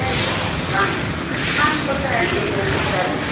சரி சரி வாங்க வாங்க கொடுக்குறேன் எடுத்து வைக்குறேன் புதுசாகவே